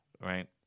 right